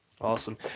Awesome